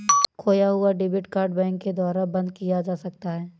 खोया हुआ debit card bank के द्वारा बंद किया जा सकता है